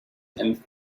and